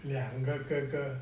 两个哥哥